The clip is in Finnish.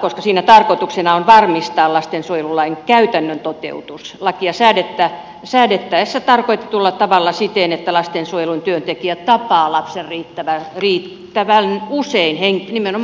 koska siinä tarkoituksena on varmistaa lastensuojelulain käytännön toteutus lakia säädettäessä tarkoitetulla tavalla siten että lastensuojelun työntekijät tapaavat lapsen riittävän usein nimenomaan henkilökohtaisesti